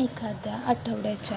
एखाद्या आठवड्याच्या